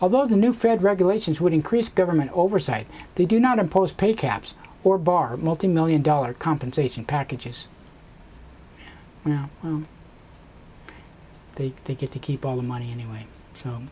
although the new fed regulations would increase government oversight they do not impose pay caps or bar multi million dollar compensation packages and they take it to keep all the money anyway so